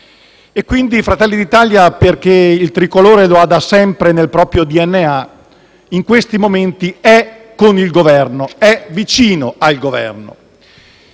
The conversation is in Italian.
sobrietà. Fratelli d'Italia, che il Tricolore ha da sempre nel proprio DNA, in questi momenti è con il Governo, è vicino al Governo.